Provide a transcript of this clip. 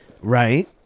Right